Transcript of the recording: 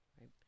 right